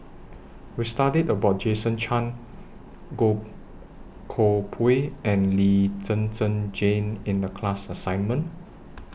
We studied about Jason Chan Goh Koh Pui and Lee Zhen Zhen Jane in The class assignment